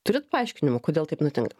turit paaiškinimų kodėl taip nutinka